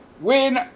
win